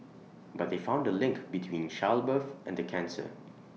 but they found A link between childbirth and the cancer